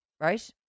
right